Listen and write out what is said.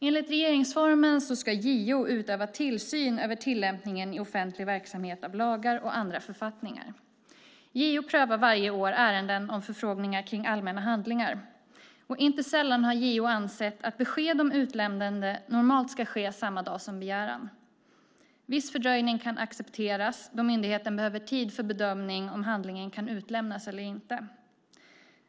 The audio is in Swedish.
Enligt regeringsformen ska JO utöva tillsyn över tillämpningen i offentlig verksamhet av lagar och andra författningar. JO prövar varje år ärenden om förfrågningar kring allmänna handlingar. Inte sällan har JO ansett att besked om utlämnande normalt ska komma samma dag som begäran görs. En viss fördröjning kan accepteras då myndigheten behöver tid för bedömning av om handlingen kan utlämnas eller inte.